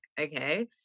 okay